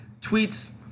tweets